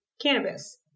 cannabis